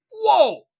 whoa